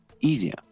easier